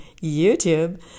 YouTube